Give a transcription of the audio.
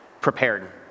prepared